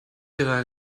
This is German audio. drei